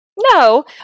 No